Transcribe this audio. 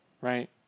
right